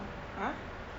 !huh!